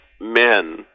men